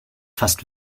fast